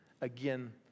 again